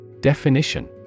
Definition